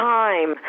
time